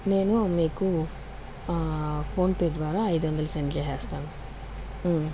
నేను మీకు PhonePe ద్వారా ఐదు వందలు సెండ్ చేసేస్తాను